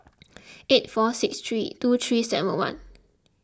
eight four six three two three seven one